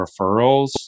referrals